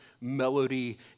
melody